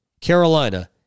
Carolina